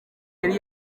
yari